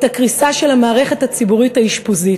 הקריסה של המערכת הציבורית האשפוזית.